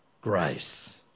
grace